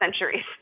centuries